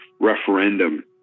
referendum